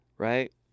Right